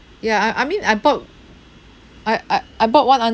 ya I I mean I bought I I I bought one under